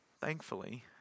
Thankfully